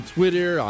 Twitter